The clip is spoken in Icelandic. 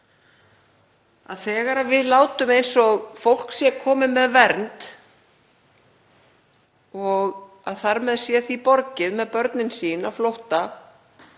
þegar við látum eins og fólk sé komið með vernd og að þar með sé því borgið, með börnin sín á flótta